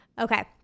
Okay